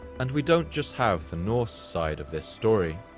and we don't just have the norse side of this story.